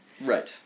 Right